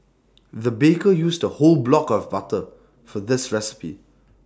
the baker used A whole block of butter for this recipe